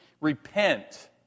repent